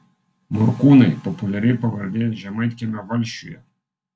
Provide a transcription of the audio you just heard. morkūnai populiari pavardė žemaitkiemio valsčiuje